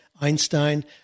Einstein